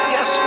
Yes